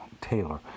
Taylor